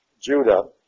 Judah